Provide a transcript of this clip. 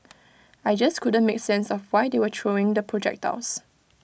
I just couldn't make sense of why they were throwing the projectiles